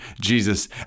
Jesus